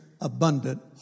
abundant